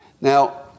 Now